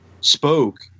spoke